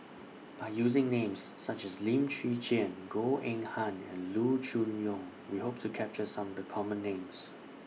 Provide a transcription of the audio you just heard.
By using Names such as Lim Chwee Chian Goh Eng Han and Loo Choon Yong We Hope to capture Some of The Common Names